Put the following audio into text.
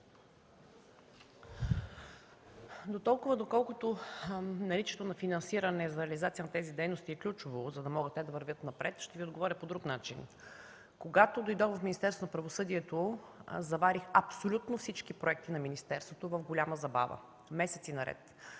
Доколкото наличието на финансиране за реализация на тези дейности е ключово, за да могат те да вървят напред, ще Ви отговоря по друг начин. Когато дойдох в Министерството на правосъдието, заварих абсолютно всички проекти на министерството в голяма забава – месеци наред.